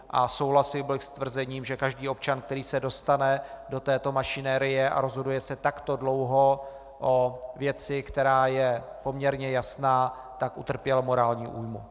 A souhlasil bych s tvrzením, že každý občan, který se dostane do této mašinérie a rozhoduje se takto dlouho o věci, která je poměrně jasná, utrpěl morální újmu.